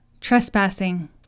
Trespassing